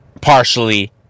partially